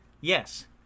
yes